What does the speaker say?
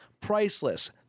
priceless